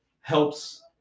helps